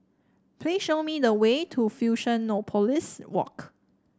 please show me the way to Fusionopolis Walk